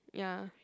ya